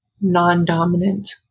non-dominant